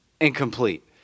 Incomplete